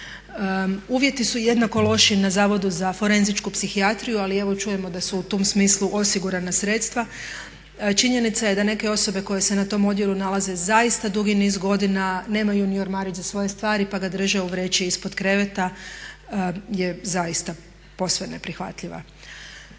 Uvjeti su jednako loši na Zavodu za forenzičku psihijatriju, ali evo čujemo da su u tom smislu osigurana sredstva. Činjenica je da neke osobe koje se na tom odjelu nalaze zaista dugi niz godina nemaju ni ormarić za svoje stvari, pa ga drže u vreći ispod kreveta je zaista posve neprihvatljiva.